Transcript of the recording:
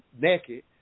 naked